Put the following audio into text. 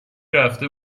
رفته